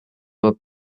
were